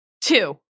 Two